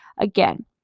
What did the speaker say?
again